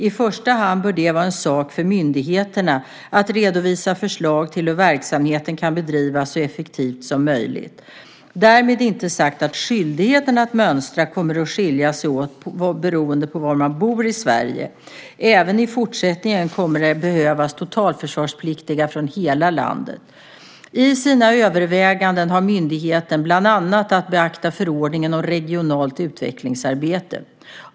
I första hand bör det vara en sak för myndigheten att redovisa förslag till hur verksamheten kan bedrivas så effektivt som möjligt. Därmed inte sagt att skyldigheten att mönstra kommer att skilja sig åt beroende på var man bor i Sverige. Även i fortsättningen kommer det att behövas totalförsvarspliktiga från hela landet. I sina överväganden har myndigheten bland annat att beakta förordningen om regionalt utvecklingsarbete.